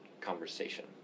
conversation